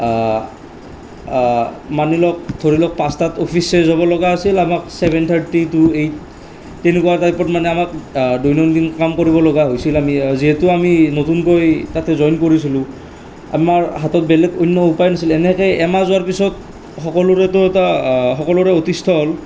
মানি লওক ধৰি লওক পাঁচটাত অফিচ শেষ হ'ব লগা আছিল আমাক ছেভেন থাৰ্টি তু এইট তেনেকুৱা টাইপত মানে আমাক দৈনন্দিন কাম কৰিব লগা হৈছিল আমি যিহেতু আমি নতুনকৈ তাতে জইন কৰিছিলোঁ আমাৰ হাতত বেলেগ অন্য উপায় নাছিলে এনেকৈ এমাহ যোৱাৰ পিছত সকলোৰেতো এটা সকলোৰে অতিষ্ঠ হ'ল